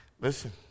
Listen